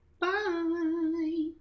Bye